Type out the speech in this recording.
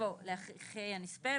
יבוא "לאחי הנספה,".